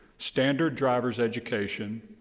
standard drivers education,